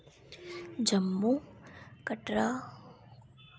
Jammu Katra